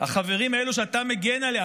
החברים האלה שאתה מגן עליהם,